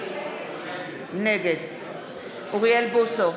נגד אוריאל בוסו,